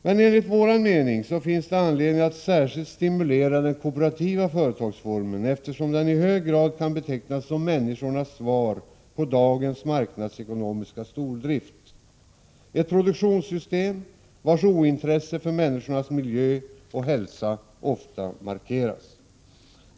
Men enligt vår mening finns det anledning att särskilt stimulera den kooperativa företagsformen, eftersom den i hög grad kan betecknas som människornas svar på dagens marknadsekonomiska stordrift, ett produktionssystem vars ointresse för människornas miljö och hälsa ofta markeras.